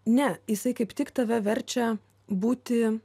ne jisai kaip tik tave verčia būti